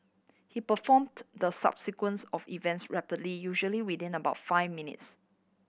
he performed the subsequence of events rapidly usually within about five minutes